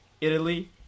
Italy